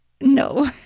No